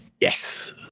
Yes